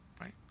Right